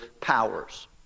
powers